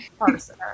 person